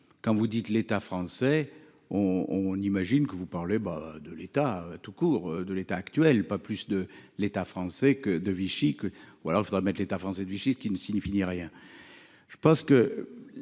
quand vous dites l'État français. On, on imagine que vous parlez bat de l'État tout court de l'état actuel, pas plus de l'État français que de Vichy que ou alors il faudra mettre l'État français du site qui ne signifie ni rien.